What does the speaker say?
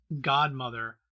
godmother